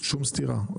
שום סתירה,